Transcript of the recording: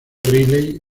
riley